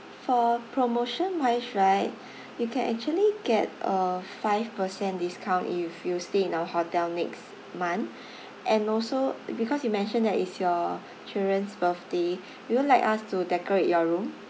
for promotion wise right you can actually get a five percent discount if you stay in our hotel next month and also because you mentioned that it's your children's birthday would you like us to decorate your room